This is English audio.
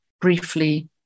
briefly